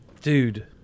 dude